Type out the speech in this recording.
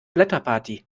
blätterparty